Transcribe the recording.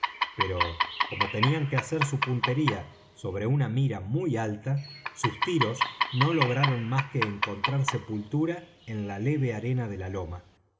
pero como tenían que hacer su puntería sobre una mira muy alta sus tiros no lograron más que encontrar sepultura en la leve arena de la loma